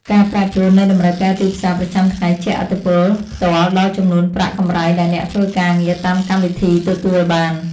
ការប្រែប្រួលនៃតម្រូវការទីផ្សារប្រចាំថ្ងៃជះឥទ្ធិពលផ្ទាល់ដល់ចំនួនប្រាក់កម្រៃដែលអ្នកធ្វើការងារតាមកម្មវិធីទទួលបាន។